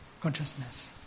consciousness